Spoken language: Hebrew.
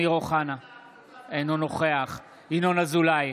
אינו נוכח ינון אזולאי,